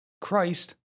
Christ